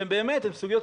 שהן באמת סוגיות,